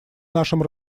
нашем